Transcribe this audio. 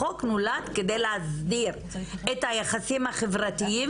החוק נולד כדי להסדיר את היחסים החברתיים